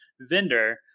vendor